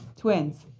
twins.